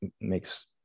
makes